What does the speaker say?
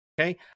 okay